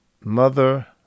Mother